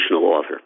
author